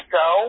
go